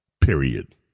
period